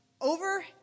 over